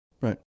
Right